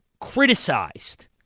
criticized